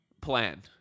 plan